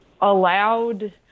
allowed